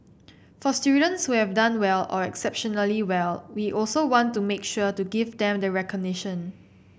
for students who have done well or exceptionally well we also want to make sure to give them the recognition